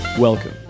Welcome